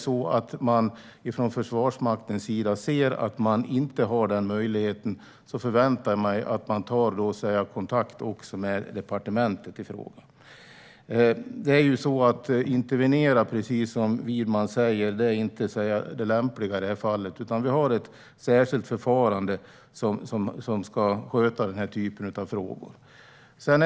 Om man från Försvarsmaktens sida ser att man inte har den möjligheten förväntar jag mig att man tar kontakt med departementet i fråga. Att intervenera är, som Widman säger, inte lämpligt i detta fall. Vi har ett särskilt förfarande för denna typ av frågor.